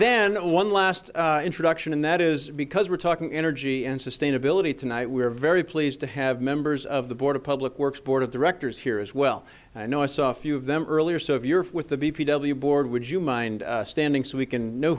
then one last introduction and that is because we're talking energy and sustainability tonight we're very pleased to have members of the board of public works board of directors here as well i know i saw a few of them earlier so if you're with the b p w board would you mind standing so we can know